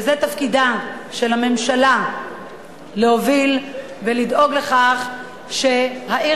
וזה תפקידה של הממשלה להוביל ולדאוג לכך שהעיר